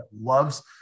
loves